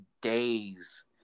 days